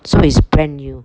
so it's brand new